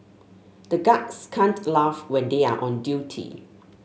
the guards can't laugh when they are on duty